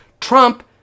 Trump